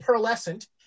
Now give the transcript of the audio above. pearlescent